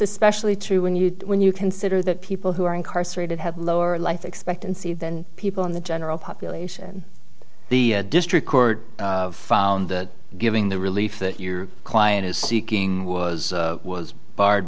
especially true when you when you consider that people who are incarcerated have a lower life expectancy than people in the general population the district court found that giving the relief that your client is seeking was was barred